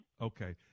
okay